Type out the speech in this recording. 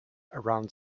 around